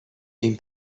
این